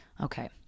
okay